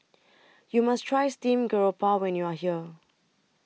YOU must Try Steamed Garoupa when YOU Are here